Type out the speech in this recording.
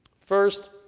First